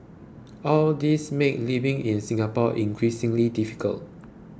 all these made living in Singapore increasingly difficult